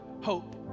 hope